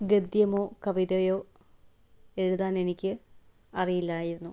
ഗദ്യമോ കവിതയോ എഴുതാൻ എനിക്ക് അറിയില്ലായിരുന്നു